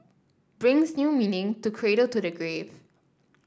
brings new meaning to cradle to the grave